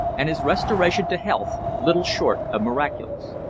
and his restoration to health little short of miraculous.